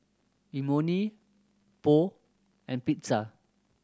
Imoni Pho and Pizza